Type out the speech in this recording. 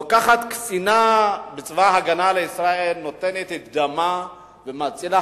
נותנת קצינה בצבא-הגנה לישראל את דמה ומצילה